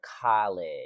college